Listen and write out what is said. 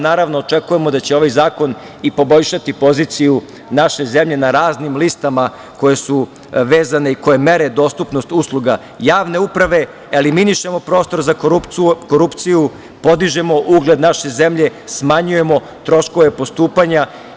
Naravno, očekujemo da će ovaj zakon i poboljšati poziciju naše zemlje na raznim listama koje su vezane i koje mere dostupnost usluga javne uprave, eliminišemo prostor za korupciju, podižemo ugled naše zemlje, smanjujemo troškove postupanja.